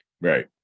Right